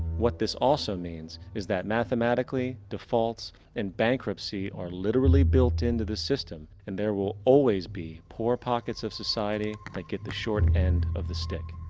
what this also means, is that mathematically defaults and bankruptcy are literally built into the system. and there will always be poor pockets of society that get the short end of the stick.